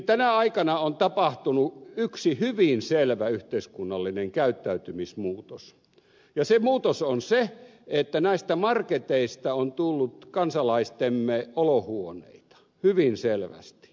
tänä aikana on tapahtunut yksi hyvin selvä yhteiskunnallinen käyttäytymismuutos ja se muutos on se että näistä marketeista on tullut kansalaistemme olohuoneita hyvin selvästi